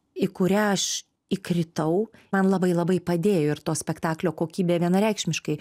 į kurią aš įkritau man labai labai padėjo ir to spektaklio kokybė vienareikšmiškai